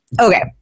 Okay